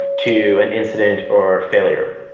to an incident or failure?